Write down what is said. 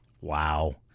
Wow